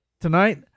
tonight